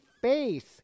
face